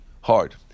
hard